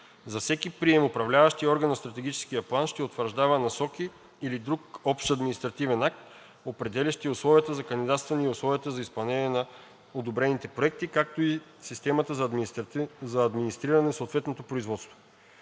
За всеки прием Управляващият орган на Стратегическия план, ще утвърждава насоки или друг общ административен акт, определящи условията за кандидатстване и условията за изпълнение на одобрените проекти, както и системата за администриране на съответното производство.